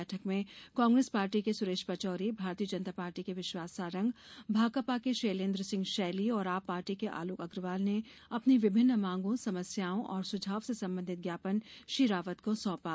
बैठक में कांग्रेस पार्टी के सुरेश पचौरी भारतीय जनता पार्टी के विश्वास सारंग भाकपा के शैलेन्द्र सिंह शैली और आप पार्टी के आलोक अग्रवाल ने अपनी विभिन्न मांगों समस्याओं और सुझाव से संबंधित ज्ञापन श्री रावत को सौपा